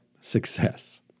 success